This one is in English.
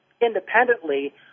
independently